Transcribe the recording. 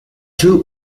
two